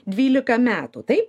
dvylika metų taip